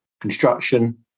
construction